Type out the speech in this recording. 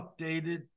updated